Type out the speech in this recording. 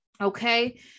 okay